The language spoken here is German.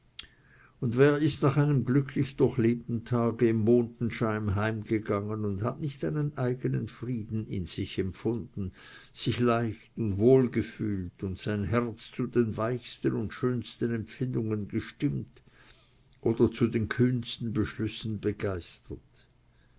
aber wer ist nach einem glücklich durchlebten tage im mondenscheine heimgegangen und hat nicht einen eigenen frieden in sich empfunden sich leicht und wohl gefühlt und sein herz zu den weichsten und schönsten empfindungen gestimmt oder zu den kühnsten beschlüssen begeistert